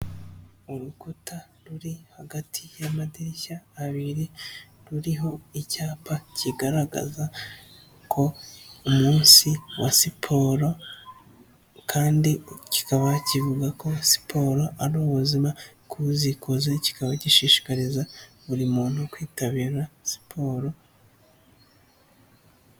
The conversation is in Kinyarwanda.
Urukuta ruri hagati y'amadirishya abiri ruriho icyapa kigaragaza ko umunsi wa siporo kandi kikaba kivuga ko siporo ari ubuzima kuwuzikoze kikaba gishishikariza buri muntu kwitabira siporo.